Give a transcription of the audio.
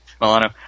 Milano